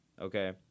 okay